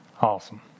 Awesome